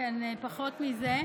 כן, פחות מזה.